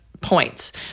points